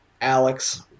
Alex